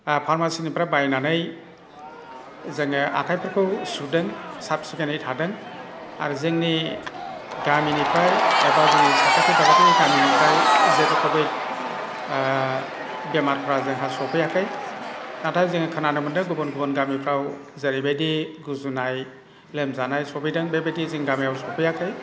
फार्मासिनिफ्राय बायनानै जोङो आखायफोरखौ सुदों जोङो साबसिखोनै थादों आरो जोंनि गामिनिफ्राय एबा जोंनि साखाथि फाखाथि गामिनिफ्राय जेबो जोंहा बेमारफ्रा सफैआखै नाथाय जोंहा खोनानो मोन्दों गुबुन गुबुन गामिफ्राव जेरैबायदि गुजुनाय लोमजानाय सफैदों बेबायदि जों गामियाव सफैआखै